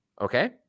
okay